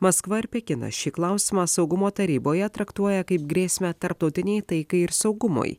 maskva ir pekinas šį klausimą saugumo taryboje traktuoja kaip grėsmę tarptautinei taikai ir saugumui